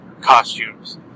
costumes